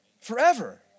Forever